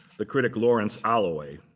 the critic, lawrence alloway.